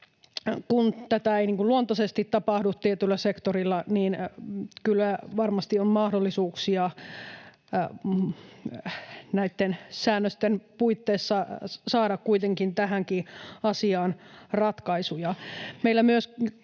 kun tätä ei luontaisesti tapahdu tietyllä sektorilla, niin kyllä varmasti on mahdollisuuksia näitten säännösten puitteissa saada kuitenkin tähänkin asiaan ratkaisuja. Kun